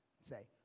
say